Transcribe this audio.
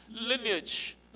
lineage